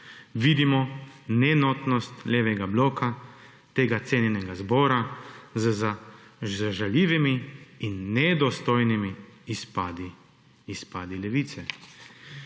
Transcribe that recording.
vidimo neenotnost levega bloka tega cenjenega zbora z žaljivimi in nedostojnimi izpadi,